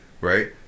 right